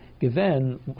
given